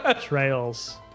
trails